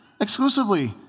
exclusively